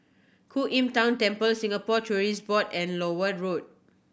Ku Im Tng Temple Singapore Tourism Board and Lower Road